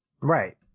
Right